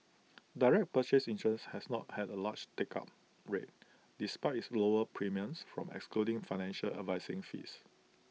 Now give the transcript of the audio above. direct purchase insurance has not had A large take up rate despite its lower premiums from excluding financial advising fees